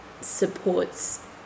supports